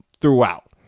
throughout